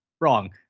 wrong